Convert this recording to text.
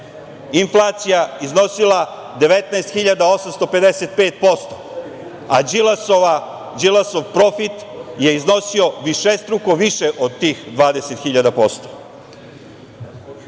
inflacija iznosila 19.855%, a Đilasov profit je iznosio višestruko više od tih 20.000%.Ono